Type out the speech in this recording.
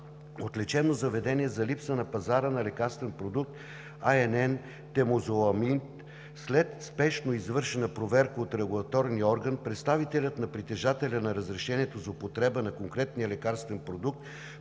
от лечебно заведение за липса на пазара на лекарствен продукт INN-темозоломид. След спешно извършена проверка от регулаторния орган представителят на притежателя на разрешението за употреба на конкретния лекарствен продукт